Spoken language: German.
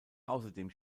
außerdem